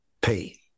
pay